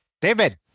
David